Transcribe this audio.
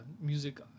music